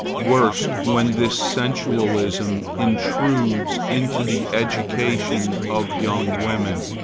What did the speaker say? worst, when this sensualism intrudes into the education of young women,